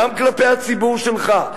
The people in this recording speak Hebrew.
גם כלפי הציבור שלך,